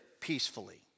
peacefully